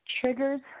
Triggers